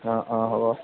অঁ অঁ হ'ব